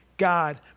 God